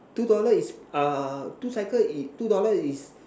two dollar is uh two cycle it two dollar is